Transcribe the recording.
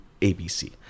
ABC